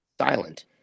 silent